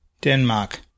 Denmark